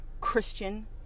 Christian